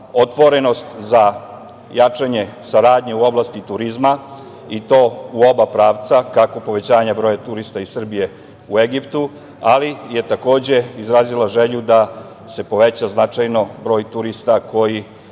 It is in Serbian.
otvorenost za jačanje saradnje u oblasti turizma i to u oba pravca, kako povećanja broja turista iz Srbije u Egiptu, ali je takođe izrazila želju da se poveća značajno broj turista koji